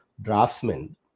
draftsmen